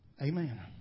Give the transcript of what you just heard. Amen